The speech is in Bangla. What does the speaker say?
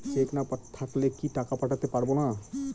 চেক না থাকলে কি টাকা পাঠাতে পারবো না?